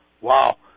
Wow